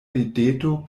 rideto